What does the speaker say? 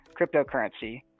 cryptocurrency